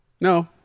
No